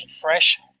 fresh